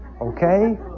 okay